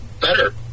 Better